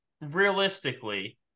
Realistically